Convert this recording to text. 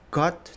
got